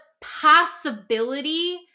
possibility